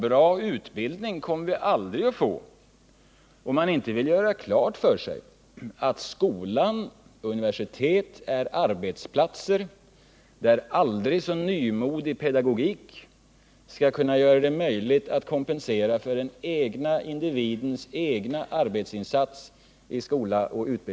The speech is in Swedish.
Bra utbildning kommer vi aldrig att få om man inte vill göra klart för sig att skola och universitet är arbetsplatser, där en aldrig så nymodig pedagogik inte gör det möjligt att kompensera den egna individens arbetsinsatser.